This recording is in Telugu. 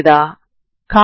మీ అక్షాంశం ఏమిటి